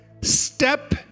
Step